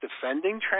defending